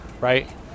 right